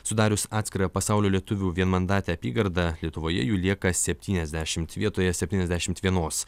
sudarius atskirą pasaulio lietuvių vienmandatę apygardą lietuvoje jų lieka septyniasdešimt vietoje septyniasdešimt vienos